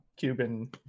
Cuban